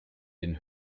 den